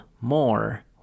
more